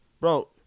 Bro